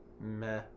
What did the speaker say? Meh